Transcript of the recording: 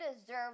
deserve